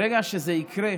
ברגע שזה יקרה,